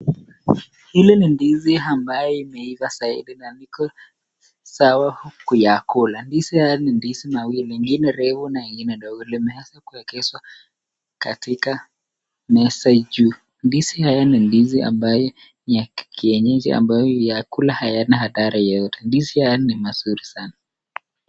Hili ni ndizi ambayo imeiva zaidi na niko sawa kuyakula. Ndizi haya ni ndizi mawili, ingine refu na ingine ndogo. Limeweza kuwekezwa katika meza juu. Ndizi haya ni ndizi ambayo ni ya kienyeji ambayo ukiyakula hayana hatari yoyote. Ndizi hawa ni mazuri sana.